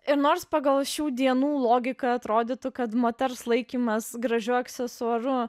ir nors pagal šių dienų logiką atrodytų kad moters laikymas gražiu aksesuaru